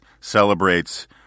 celebrates